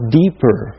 deeper